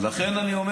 מה בגין עשה?